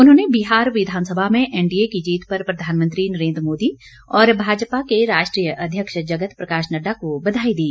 उन्होंने बिहार विधानसभा में एनडीए की जीत पर प्रधानमंत्री नरेन्द्र मोदी और भाजपा के राष्ट्रीय अध्यक्ष जगत प्रकाश नड्डा को बधाई दी